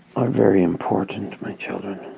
are very important my children